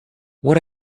what